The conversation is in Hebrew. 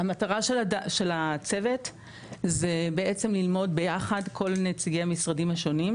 המטרה של הצוות זה בעצם ללמוד ביחד כל נציגי משרדי המשרדים השונים,